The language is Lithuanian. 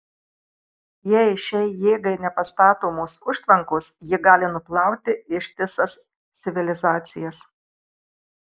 jei šiai jėgai nepastatomos užtvankos ji gali nuplauti ištisas civilizacijas